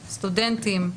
סטודנטים,